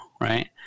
right